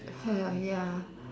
ya